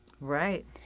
Right